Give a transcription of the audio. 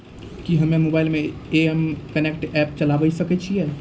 कि हम्मे मोबाइल मे एम कनेक्ट एप्प चलाबय सकै छियै?